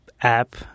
app